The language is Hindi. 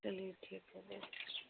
चलिए ठीक है फिर